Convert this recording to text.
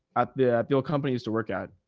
at the, the companies to work at,